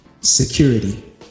security